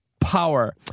power